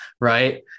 right